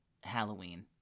Halloween